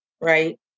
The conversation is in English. Right